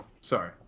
Sorry